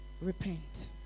Repent